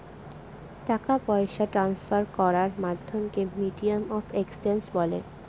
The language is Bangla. টাকা পয়সা ট্রান্সফার করার মাধ্যমকে মিডিয়াম অফ এক্সচেঞ্জ বলে